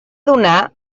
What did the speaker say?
donar